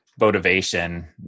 motivation